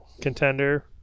contender